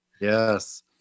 yes